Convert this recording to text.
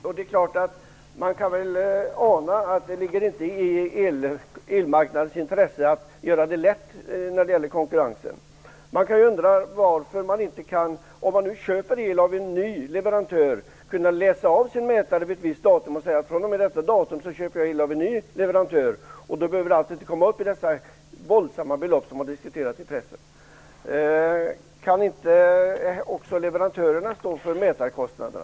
Herr talman! Det låter positivt. Man kan självfallet ana att det inte ligger i elmarknadens intresse att göra det lätt när det gäller konkurrensen. Om nu el köps av en ny leverantör, varför skulle man då inte kunna läsa av sin mätare vid ett visst datum och säga att fr.o.m. det datumet kommer el att köpas från en ny leverantör? Då behöver det inte bli fråga om de våldsamma belopp som har diskuterats i pressen. Kan inte också leverantörerna stå för mätarkostnaderna?